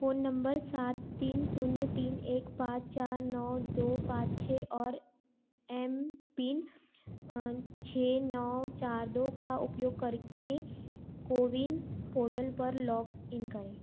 phone number सात तीन शून्य तीन एक पाच चार नौ दो पाच छः और एम पिन छः नौ चार दो का उपयोग करके को विन पोर्टल पर लॉगइन करें